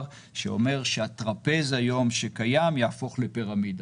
שאומר שהטרפז היום שקיים יהפוך לפירמידה.